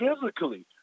physically